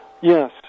Yes